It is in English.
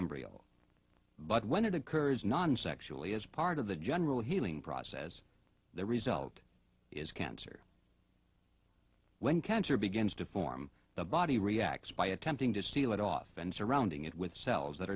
embryo but when it occurs non sexually is part of the general healing process the result is cancer when cancer begins to form the body reacts by attempting to seal it off and surrounding it with cells that